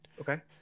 Okay